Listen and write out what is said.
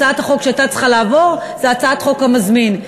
הצעת החוק שהייתה צריכה לעבור זה הצעת חוק המזמין,